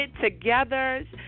Together